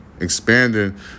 Expanding